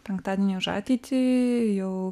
penktadieniai už ateitį jau